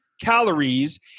calories